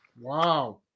Wow